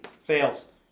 fails